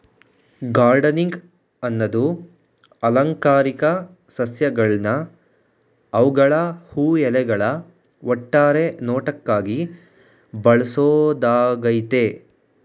gardening ಅನ್ನದು ಅಲಂಕಾರಿಕ ಸಸ್ಯಗಳ್ನ ಅವ್ಗಳ ಹೂ ಎಲೆಗಳ ಒಟ್ಟಾರೆ ನೋಟಕ್ಕಾಗಿ ಬೆಳ್ಸೋದಾಗಯ್ತೆ